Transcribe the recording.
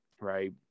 Right